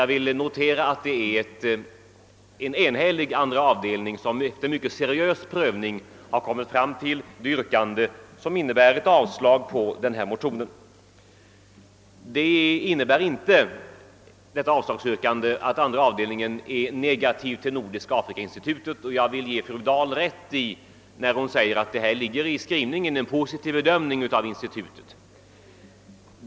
Avstyrkandet innebär inte att statsututskottet är negativt inställt till afrikainstitutet — det är riktigt som fru Dahl säger att det i skrivningen ligger en positiv bedömning av institutet.